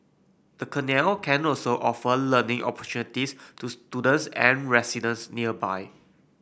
the canal can also offer learning opportunities to students and residents nearby